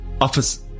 office